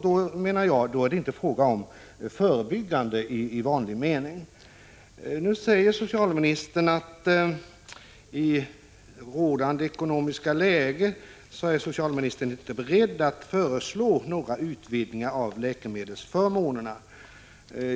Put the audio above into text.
Jag menar att det då inte är fråga om förebyggande behandling i vanlig mening. Socialministern säger att hon i rådande ekonomiska läge inte är beredd att föreslå några utvidgningar av läkemedelsförmånerna.